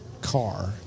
car